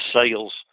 sales